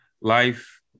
life